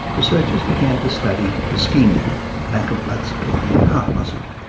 researchers began to study ischemia lack of blood supply in heart muscle.